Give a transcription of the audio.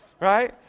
Right